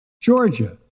Georgia